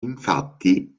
infatti